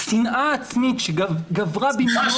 השנאה העצמית שגברה בי --- סליחה